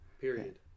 Period